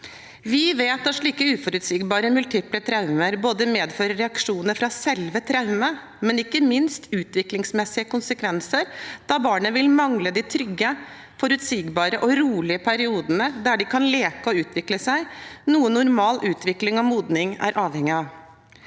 Vi vet at slike uforutsigbare multiple traumer medfører både reaksjoner fra selve traumet og ikke minst utviklingsmessige konsekvenser, da barnet vil mangle de trygge, forutsigbare og rolige periodene der de kan leke og utvikle seg, noe normal utvikling og modning er avhengig av.